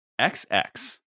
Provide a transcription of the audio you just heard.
XX